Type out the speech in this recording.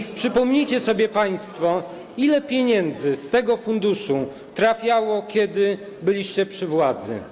I przypomnijcie sobie państwo, ile pieniędzy z tego funduszu trafiało, kiedy byliście przy władzy.